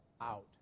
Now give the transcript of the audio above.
out